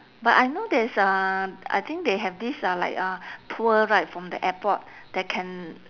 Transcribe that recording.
but I know there's a I think they have this uh like a tour right from the airport that can